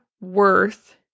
worth